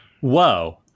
Whoa